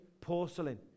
porcelain